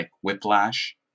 Whiplash